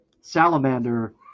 Salamander